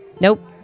Nope